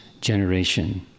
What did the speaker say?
generation